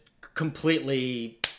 completely